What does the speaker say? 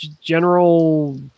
general